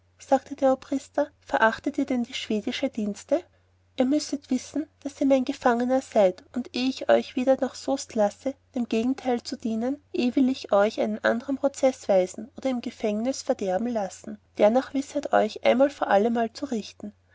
sagte der obrister verachtet ihr dann die schwedische dienste ihr müsset wissen daß ihr mein gefangener seid und eh ich euch wieder nach soest lasse dem gegenteil zu dienen eh will ich euch einen andern prozeß weisen oder im gefängnus verderben lassen darnach wisset euch einmal vor allemal zu richten